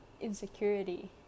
insecurity